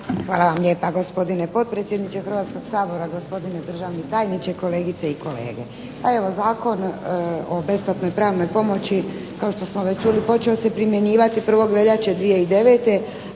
Hvala vam lijepa gospodine potpredsjedniče Hrvatskog sabora, gospodine državni tajniče, kolegice i kolege. Pa evo Zakon o besplatnoj pravnoj pomoći, kao što smo već čuli, počeo se primjenjivati 1. veljače 2009.